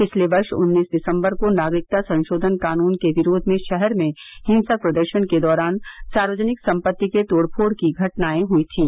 पिछले वर्ष उन्नीस दिसंबर को नागरिकता संशोधन कानून के विरोध में शहर में हिंसक प्रदर्शन के दौरान सार्वजनिक संपत्ति के तोड़फोड़ की घटनाएं हुई थीं